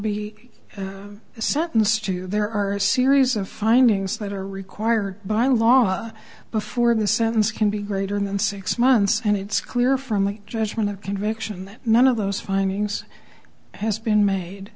be sentenced to there are a series of findings that are required by law before the sentence can be greater than six months and it's clear from the judgment of conviction that none of those findings has been made